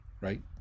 right